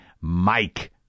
Mike